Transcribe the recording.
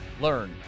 learn